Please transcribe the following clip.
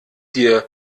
dir